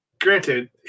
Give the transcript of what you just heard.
granted